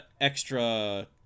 extra